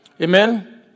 Amen